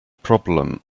problem